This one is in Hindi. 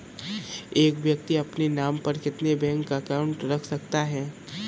एक व्यक्ति अपने नाम पर कितने बैंक अकाउंट रख सकता है?